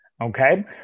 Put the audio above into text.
Okay